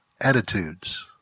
attitudes